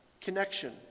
Connection